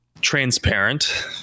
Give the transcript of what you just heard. transparent